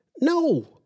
No